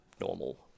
normal